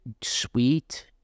sweet